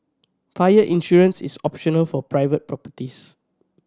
fire insurance is optional for private properties